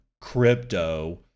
crypto